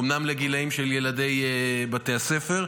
אומנם בגילי ילדי בתי הספר,